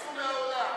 שיצאו מהאולם.